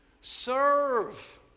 Serve